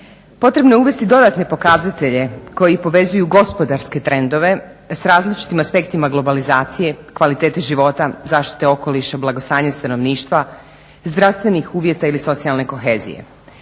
Potrebno je uvesti dodatne pokazatelje koji povezuju gospodarske trendove s različitim aspektima globalizacije, kvalitete života, zaštite okoliša, blagostanje stanovništva, zdravstvenih uvjeta ili socijalne kohezije.